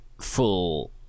full